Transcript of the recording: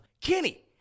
Kenny